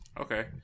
Okay